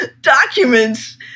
documents